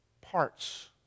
parts